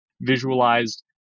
visualized